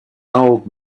old